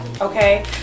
okay